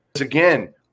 Again